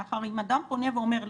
אם אדם פונה ואומר,